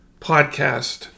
podcast